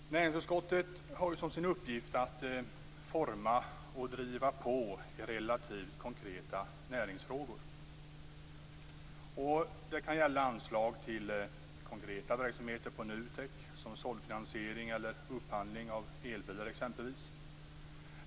Herr talman! Näringsutskottet har som sin uppgift att forma och driva på i relativt konkreta näringsfrågor. Det kan gälla anslag till konkreta verksamheter på NUTEK som t.ex. såddfinansiering eller upphandling av elbilar.